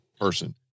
person